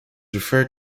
referred